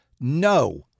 no